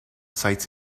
sites